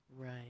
Right